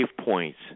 points